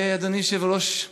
אדוני היושב-ראש,